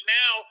now